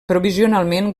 provisionalment